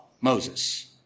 Moses